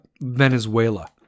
Venezuela